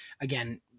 again